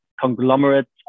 conglomerates